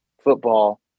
football